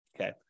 Okay